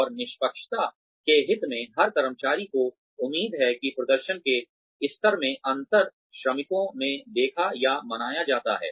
औरनिष्पक्षता के हित में हर कर्मचारी को उम्मीद है कि प्रदर्शन के स्तर में अंतर श्रमिकों में देखा या मनाया जाता है